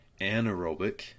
Anaerobic